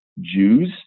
Jews